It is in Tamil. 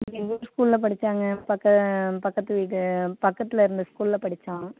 எங்கள் ஊர் ஸ்கூலில் படிச்சாங்க பக்க பக்கத்து வீடு பக்கத்தில் இருந்த ஸ்கூலில் படிச்சான்